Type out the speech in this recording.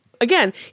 Again